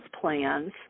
plans